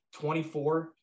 24